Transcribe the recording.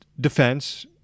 defense